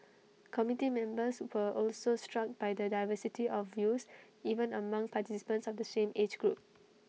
committee members were also struck by the diversity of views even among participants of the same age group